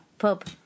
Pub